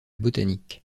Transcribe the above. botanique